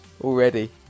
already